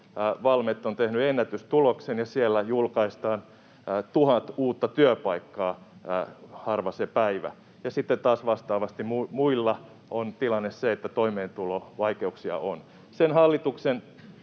Valmet on tehnyt ennätystuloksen, ja siellä julkaistaan tuhat uutta työpaikkaa harva se päivä. Ja sitten taas vastaavasti muilla on tilanne se, että toimeentulovaikeuksia on. Hallituksen